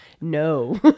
no